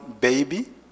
baby